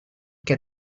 che